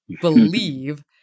believe